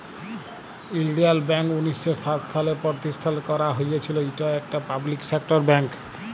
ইলডিয়াল ব্যাংক উনিশ শ সাত সালে পরতিষ্ঠাল ক্যারা হঁইয়েছিল, ইট ইকট পাবলিক সেক্টর ব্যাংক